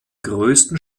größten